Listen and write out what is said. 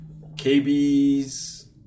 KB's